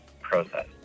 process